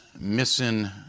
missing